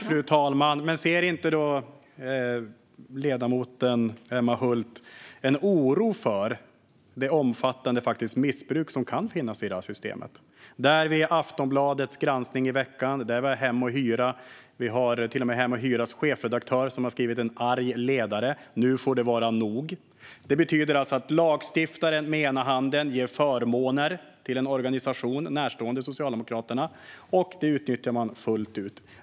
Fru talman! Ser inte ledamoten Emma Hult en oro för det omfattande missbruk som kan förekomma i det här systemet? Vi har Aftonbladets granskning i veckan, och vi har Hem & Hyra, där chefredaktören till och med har skrivit en arg ledare: "Nu får det vara nog!" Det här betyder alltså att lagstiftaren med ena handen ger förmåner till en organisation som står nära Socialdemokraterna, och det utnyttjar man fullt ut.